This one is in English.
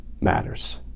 matters